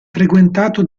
frequentato